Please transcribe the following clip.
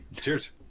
cheers